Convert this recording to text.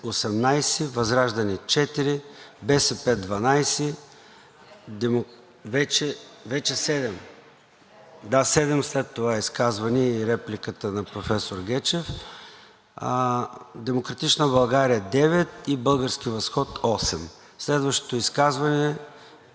седем след това изказване и репликата на професор Гечев, „Демократична България“ – 9, и „Български възход“ – 8. Следващото изказване е на госпожа Кремена Кунева от „Демократична България“. Заповядайте, госпожо Кунева.